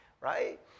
right